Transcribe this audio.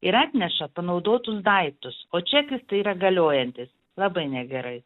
ir atneša panaudotus daiktus o čekis tai yra galiojantis labai negerai